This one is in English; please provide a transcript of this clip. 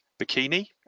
bikini